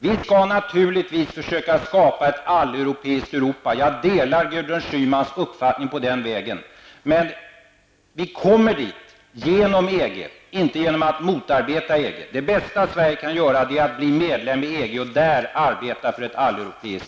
Vi skall naturligtvis försöka skapa ett alleuropeiskt Europa, säger Gudrun Schyman. Jag delar Gudruns Schymans uppfattning på den punkten. Men vi kommer dit genom EG, inte genom att motarbeta EG. Det bästa Sverige kan göra är att bli medlem i EG och där arbeta för ett alleuropeisk